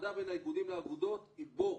הפרדה בין האיגודים לאגודות היא בור,